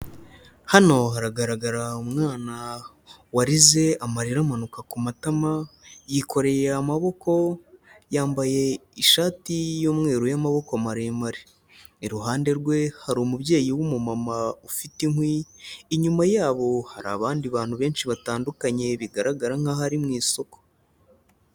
Hano haragaragara umwana warize amarira amanuka ku matama, yikoreye amaboko, yambaye ishati y'umweru yamaboko maremare, iruhande rwe hari umubyeyi w'umumama ufite inkwi, inyuma yabo hari abandi bantu benshi batandukanye, bigaragara nk'aho ari mu isoko.